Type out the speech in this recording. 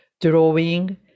drawing